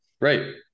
Right